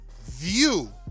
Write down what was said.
view